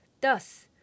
Thus